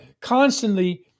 constantly